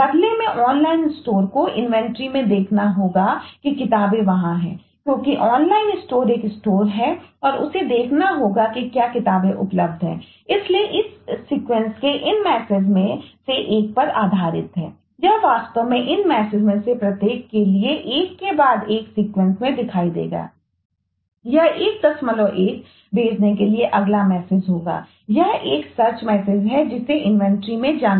बदले में online store को मिलेगा या नहीं मिलेगा जो भी हो